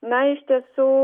na iš tiesų